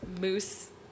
moose